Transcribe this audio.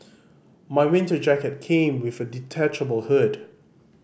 my winter jacket came with a detachable hood